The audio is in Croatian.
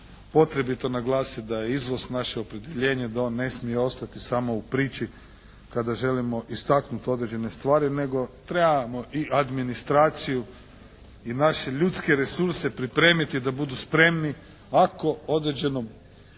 potrebito naglasiti da je izvoz naše opredjeljenje, da on ne smije ostati samo u priči kada želimo istaknuti određene stvari, nego trebamo i administraciju i naše ljudske resurse pripremiti da budu spremni ako određenom